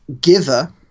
giver